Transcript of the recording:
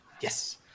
Yes